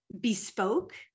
bespoke